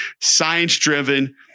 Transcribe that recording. Science-driven